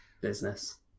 business